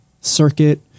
circuit